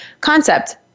concept